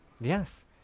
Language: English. Yes